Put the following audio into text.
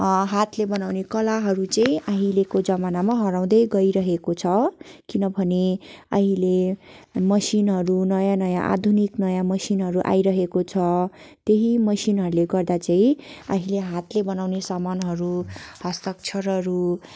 अँ हातले बनाउने कलाहरू चाहिँ अहिलेको जमानामा हराउँदै गइरहेको छ किनभने अहिले मसिनहरू नयाँ नयाँ आधुनिक नयाँ मसिनहरू आइरहेको छ त्यही मसिनहरूले गर्दा चाहिँ अहिले हातले बनाउने सामानहरू हस्ताक्षरहरू